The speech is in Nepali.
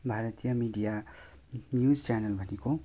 भारतीय मिडिया न्युज च्यानल भनेको